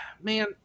man